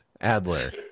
Adler